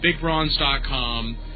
BigBronze.com